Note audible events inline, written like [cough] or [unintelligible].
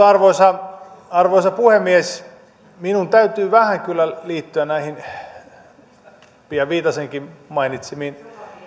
[unintelligible] arvoisa arvoisa puhemies minun täytyy vähän kyllä liittyä näihin pia viitasenkin mainitsemiin